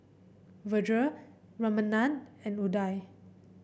Vedre Ramanand and Udai